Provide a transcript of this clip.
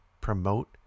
promote